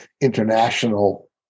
international